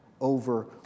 over